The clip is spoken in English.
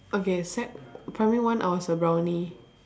okay sec primary one I was a brownie